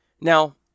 Now